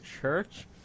Church